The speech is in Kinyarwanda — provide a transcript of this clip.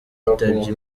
yitabye